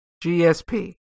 GSP